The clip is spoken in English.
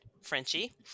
Frenchie